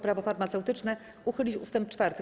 Prawo farmaceutyczne uchylić ust. 4.